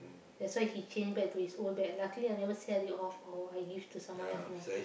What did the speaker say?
that's why he change back to his old bag luckily I never sell it off or I give to someone else know